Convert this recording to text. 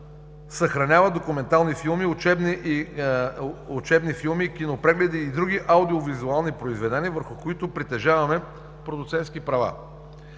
съхранява документални филми, учебни филми, кинопрегледи и други аудиовизуални произведения, върху които притежаваме продуцентски права.